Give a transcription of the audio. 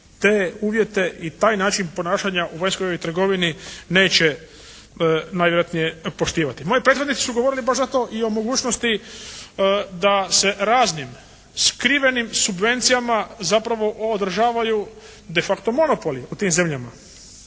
te uvjete i taj način ponašanja u vanjskoj trgovini neće najvjerojatnije poštivati. Moji prethodnici su govorili baš zato i o mogućnosti da se raznim skrivenim subvencijama zapravo održavaju de facto monopoli u tim zemljama.